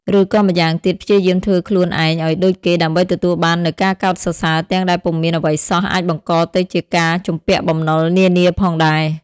ឬក៏ម្ប៉ាងទៀតព្យាយាមធ្វើខ្លួនឯងឲ្យដូចគេដើម្បីទទួលបាននូវការកោតសរសើរទាំងដែលពុំមានអ្វីសោះអាចបង្កទៅជាការជំពាក់បំណុលនានាផងដែរ។